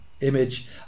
Image